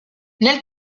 nel